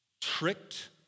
tricked